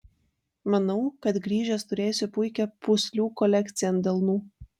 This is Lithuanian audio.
manau kad grįžęs turėsiu puikią pūslių kolekciją ant delnų